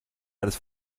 eines